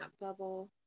bubble